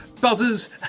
buzzers